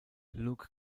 luke